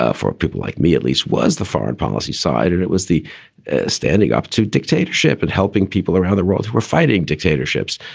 ah for people like me at least was the foreign policy side and it was the standing up to dictatorship and helping people or how the roles were fighting dictatorships.